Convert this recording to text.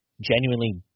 genuinely